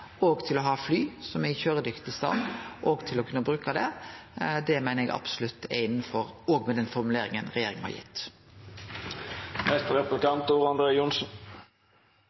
regjeringa til å ha og kunne bruke fly som er i køyredyktig stand, meiner eg absolutt er innanfor, òg med den formuleringa regjeringa har